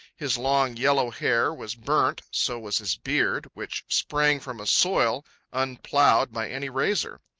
his long yellow hair was burnt, so was his beard, which sprang from a soil unploughed by any razor.